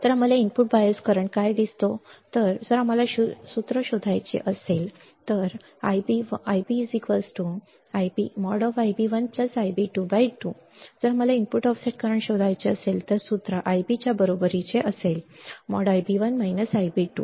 तर आम्हाला input bias current काय दिसतो जर आम्हाला सूत्र शोधायचे असेल Ib । Ib1Ib2 ।2 जर आम्हाला इनपुट ऑफसेट करंट शोधायचे असेल तर सूत्र Ib च्या बरोबरीचे असेल । Ib1 Ib2 ।